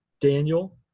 daniel